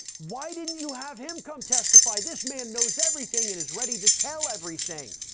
why didn't you have him come testify? this man knows everything and is ready to tell everything.